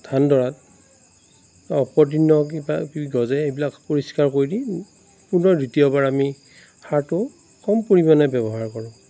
ধানডৰাত অপতৃণ কিবাকিবি গজে এইবিলাক পৰিষ্কাৰ কৰি দিম পুনৰ দ্বিতীয়বাৰ আমি সাৰটো কম পৰিমাণে ব্যৱহাৰ কৰোঁ